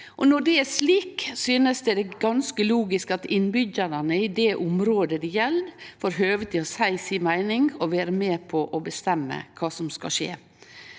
Når det er slik, synest eg det er ganske logisk at innbyggjarane i området det gjeld, får høve til å seie si meining og vere med og bestemme kva som skal skje.